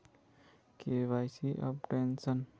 KYC updation?